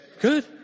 Good